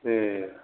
ए